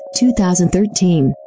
2013